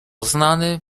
znany